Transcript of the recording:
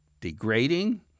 degrading